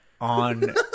on